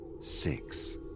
Six